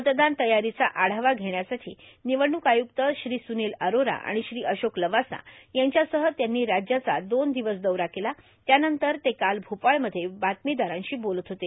मतदान तयारोंचा आढावा घेण्यासाठो र्मिवडणूक आय्क्त सूनील अरोरा र्आाण अशोक लवासा यांच्यासह त्यांनी राज्याचा दोन र्ददवस दौरा केला त्यानंतर ते काल भोपाळमध्ये बातमीदारांशी बोलत होते